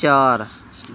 ਚਾਰ